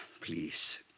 please